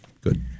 Good